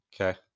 Okay